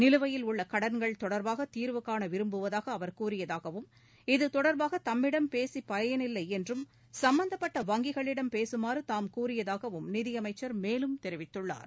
நிலுவையில் உள்ள கடன்கள் தொடர்பாக தீர்வுகாண விரும்புவதாக அவர் கூறியதாகவும் இது தொடர்பாக தம்மிடம் பேசி பயனில்லை என்றும் சம்பந்தப்பட்ட வங்கிகளிடம் பேசுமாறு தாம் கூறியதாகவும் நிதியமைச்சர் மேலும் தெரிவித்துள்ளார்